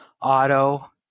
auto